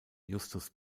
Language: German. justus